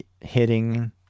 hitting